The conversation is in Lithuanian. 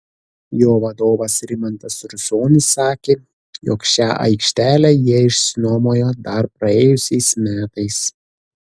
jo vadovas rimantas rusonis sakė jog šią aikštelę jie išsinuomojo dar praėjusiais metais